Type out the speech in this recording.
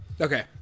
Okay